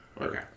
Okay